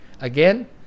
Again